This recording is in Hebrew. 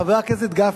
חבר הכנסת גפני,